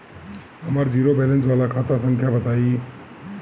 हमर zero balance वाला खाता संख्या बताई?